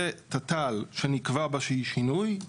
זה תת"ל שנקבע בה שהיא שינוי,